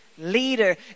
leader